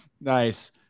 Nice